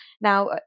Now